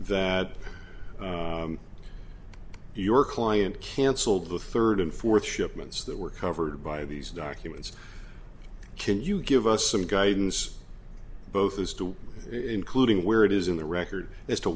that your client cancelled the third and fourth shipments that were covered by these documents can you give us some guidance both as to including where it is in the record as to